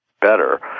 better